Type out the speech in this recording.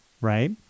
right